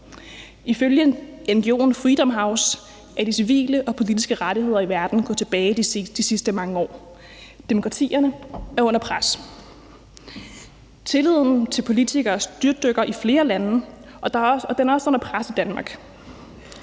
Ifølge ngo'en Freedom House er de civile og politiske rettigheder i verden gået tilbage de sidste mange år. Demokratierne er under pres. Tilliden til politikere styrtdykker i flere lande, og den er også under pres i Danmark.